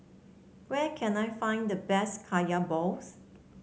where can I find the best Kaya Balls